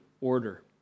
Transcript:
order